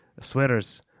sweaters